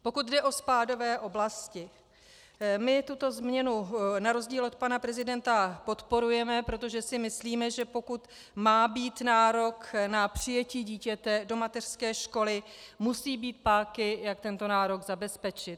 Pokud jde o spádové oblasti, my tuto změnu na rozdíl od pana prezidenta podporujeme, protože si myslíme, že pokud má být nárok na přijetí dítěte do mateřské školy, musí být páky, jak tento nárok zabezpečit.